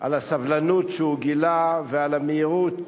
על הסבלנות שהוא גילה ועל המהירות.